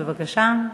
בבקשה.